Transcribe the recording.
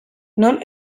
non